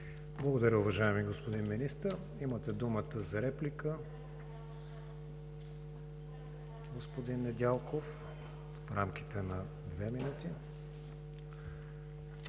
Благодаря, уважаеми господин Министър. Имате думата за реплика, господин Недялков, в рамките на две минути.